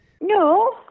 No